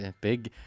Big